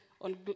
on